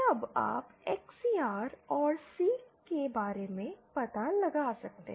तब आप XCR और C के बारे में पता लगा सकते हैं